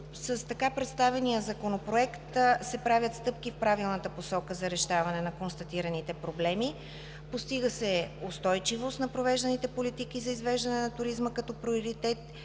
С така представения Законопроект се правят стъпки в правилната посока за решаване на констатираните проблеми. Постига се устойчивост на провежданите политики за извеждане на туризма като приоритет